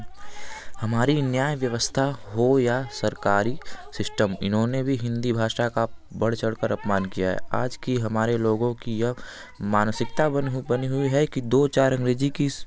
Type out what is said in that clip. हमारी न्याय व्यवस्था हो या सरकारी सिस्टम इन्होंने भी हिंदी भाषा का बढ़ चढ़ कर अपमान किया है आज की हमारे लोगों की यह मानसिकता बनी हुई है कि दो चार अंग्रेजी की